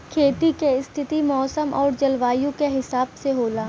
खेती क स्थिति मौसम आउर जलवायु क हिसाब से होला